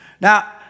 Now